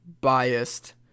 biased